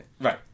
Right